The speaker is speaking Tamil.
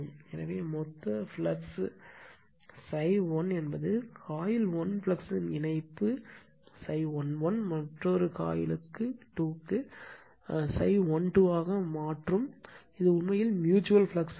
எனவே மொத்த ஃப்ளக்ஸ் ∅1 காயில் 1 ஃப்ளக்ஸ் இணைப்பு ∅11 மற்றொரு காயில் 2∅12 ஆக மாற்றும் இது உண்மையில் ம்யூச்சுவல் ஃப்ளக்ஸ் ஆகும்